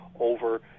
Over